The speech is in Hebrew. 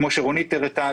כפי שרונית הראתה,